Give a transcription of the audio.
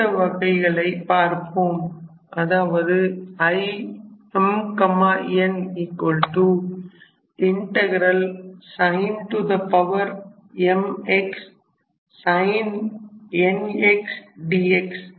அடுத்த வகைகளை பார்ப்போம் அதாவது Im ncos mx sin nx dx